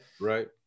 Right